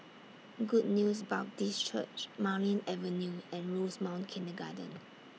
Good News Baptist Church Marlene Avenue and Rosemount Kindergarten